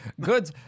Good